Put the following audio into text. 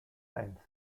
length